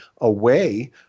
away